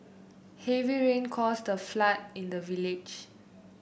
heavy rain caused a flood in the village